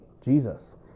Jesus